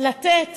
לתת